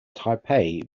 taipei